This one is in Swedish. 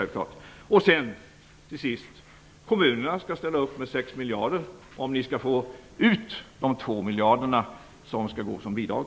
Till sist konstaterar jag bara att kommunerna skall ställa upp med 6 miljarder om ni skall få ut de 2 miljarderna i bidrag.